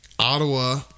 Ottawa